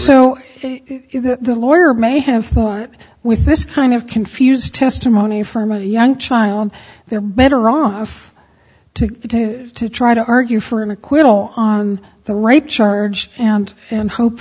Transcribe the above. that the lawyer may have thought with this kind of confused testimony from a young child they're better off to to try to argue for an acquittal on the right charge and and hope